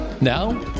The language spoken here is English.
Now